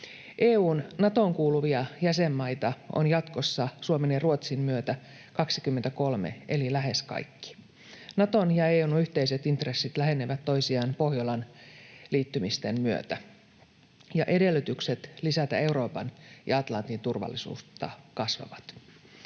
EU:n Natoon kuuluvia jäsenmaita on jatkossa Suomen ja Ruotsin myötä 23 eli lähes kaikki. Naton ja EU:n yhteiset intressit lähenevät toisiaan Pohjolan liittymisten myötä, ja edellytykset lisätä Euroopan ja Atlantin turvallisuutta kasvavat.